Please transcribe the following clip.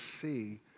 see